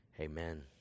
Amen